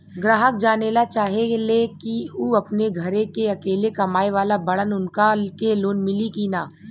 ग्राहक जानेला चाहे ले की ऊ अपने घरे के अकेले कमाये वाला बड़न उनका के लोन मिली कि न?